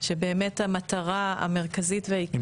שבאמת המטרה המרכזית והעיקרית שלה --- אם